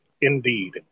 Indeed